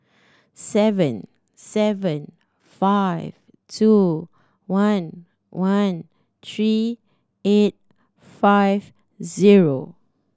seven seven five two one one three eight five zero